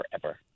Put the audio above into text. forever